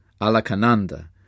Alakananda